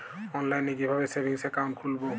অনলাইনে কিভাবে savings account খুলবো?